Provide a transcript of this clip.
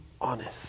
honest